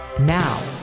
Now